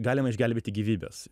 galima išgelbėti gyvybes